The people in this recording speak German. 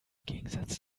gegensatz